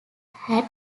had